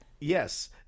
Yes